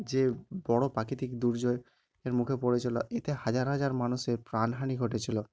যে বড়ো প্রাকৃতিক দুর্জয়ের এর মুখে পড়েছিলো এতে হাজার হাজার মানুষের প্রাণ হানি ঘটেছিলো